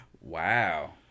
Wow